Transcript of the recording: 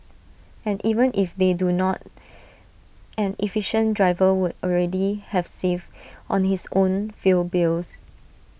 and even if they do not an efficient driver would already have saved on his own fuel bills